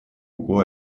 углу